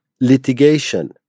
Litigation